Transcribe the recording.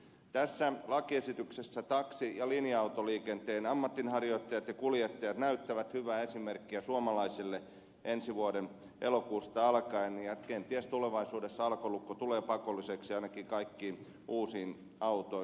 tässä lakiesityksessä taksi ja linja autoliikenteen ammatinharjoittajat ja kuljettajat näyttävät hyvää esimerkkiä suomalaisille ensi vuoden elokuusta alkaen ja kenties tulevaisuudessa alkolukko tulee pakolliseksi ainakin kaikkiin uusiin autoihin